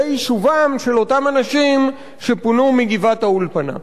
יישובם של אותם אנשים שפונו מגבעת-האולפנה.